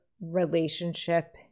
relationship